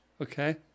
Okay